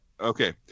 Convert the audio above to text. Okay